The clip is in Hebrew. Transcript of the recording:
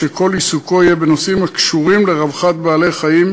שכל עיסוקו יהיה בנושאים הקשורים לרווחת בעלי-החיים